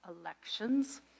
elections